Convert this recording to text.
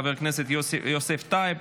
חבר הכנסת יוסף טייב,